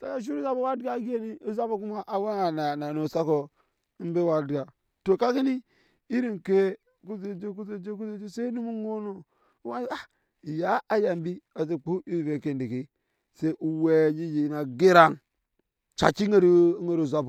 saka shirya ozapo wa gyan egei ni o saka shirya ogya to ta gari iri oŋkee ku ce ji kzuze je kuze je, se onum oŋɔɔ nɔ owɛ na aa yaa aya mbi ze kpaa iri ove ŋkɛ endeke se owɛ yi yɛn ageran shanki aŋet ooo anet ozapɔ